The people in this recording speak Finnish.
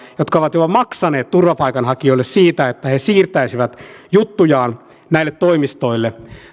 jotka ovat jopa maksaneet turvapaikanhakijoille siitä että he siirtäisivät juttujaan näille toimistoille